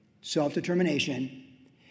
self-determination